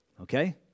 Okay